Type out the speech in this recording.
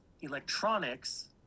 electronics